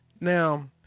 Now